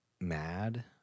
mad